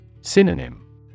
Synonym